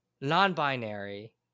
non-binary